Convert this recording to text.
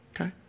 Okay